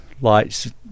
lights